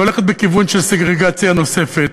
היא הולכת בכיוון של סגרגציה נוספת.